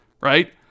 right